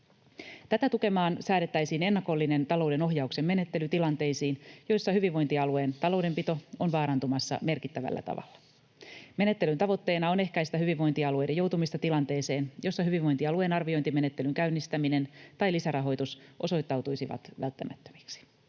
Tätä tukemaan säädettäisiin ennakollinen talouden ohjauksen menettely tilanteisiin, joissa hyvinvointialueen taloudenpito on vaarantumassa merkittävällä tavalla. Menettelyn tavoitteena on ehkäistä hyvinvointialueiden joutumista tilanteeseen, jossa hyvinvointialueen arviointimenettelyn käynnistäminen tai lisärahoitus osoittautuisi välttämättömäksi.